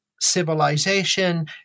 civilization